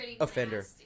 offender